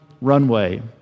runway